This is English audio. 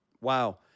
Wow